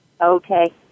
Okay